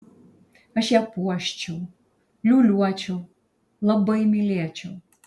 aš ją puoščiau liūliuočiau labai mylėčiau